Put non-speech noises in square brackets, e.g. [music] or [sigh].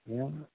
[unintelligible]